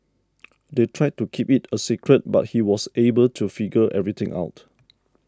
they tried to keep it a secret but he was able to figure everything out